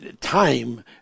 time